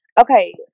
Okay